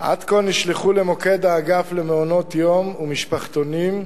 עד כה נשלחו למוקד האגף למעונות-יום ומשפחתונים,